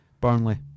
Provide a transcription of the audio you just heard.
Burnley